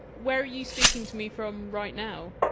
where are you speaking to me from right now?